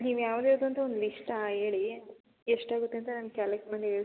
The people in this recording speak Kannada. ನೀವು ಯಾವುದ್ಯಾವ್ದ್ ಅಂತ ಒಂದು ಲಿಸ್ಟ ಹೇಳಿ ಎಷ್ಟಾಗುತ್ತೆ ಅಂತ ನಾನು ಕ್ಯಾಲಕ್ ಮಾಡಿ ಹೇಳ್ತಿನಿ